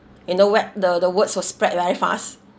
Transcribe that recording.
in the web the the words will spread very fast